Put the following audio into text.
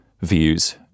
views